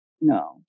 No